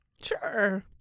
Sure